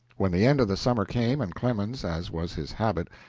when the end of the summer came and clemens, as was his habit,